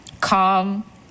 calm